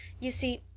you see,